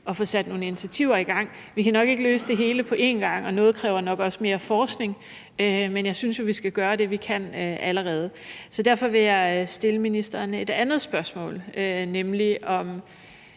at få sat nogle initiativer i gang. Vi kan nok ikke løse det hele på en gang, og noget kræver nok også mere forskning. Men jeg synes jo, at vi skal gøre det, vi allerede kan. Så derfor vil jeg stille ministeren et andet spørgsmål, nemlig om